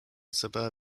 serbia